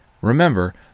Remember